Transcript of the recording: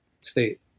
state